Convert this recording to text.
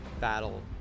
battle